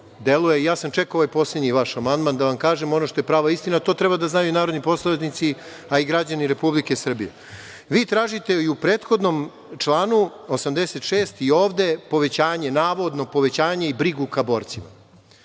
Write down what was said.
deluje. Ja sam čekao ovaj vaš poslednji amandman da vam kažem ono što je prava istina, a to treba da znaju i narodni poslanici, a i građani Republike Srbije. Vi tražite i u prethodnom članu 86. i ovde povećanje, navodno povećanje i brigu ka borcima.